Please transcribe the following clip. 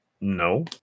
No